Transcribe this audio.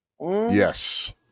Yes